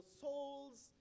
souls